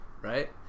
right